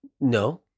No